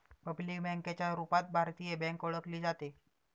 public बँकेच्या रूपात भारतीय बँक ओळखली जाते